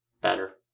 Better